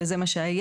וזה מה שהיה,